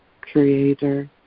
creator